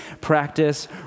practice